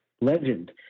legend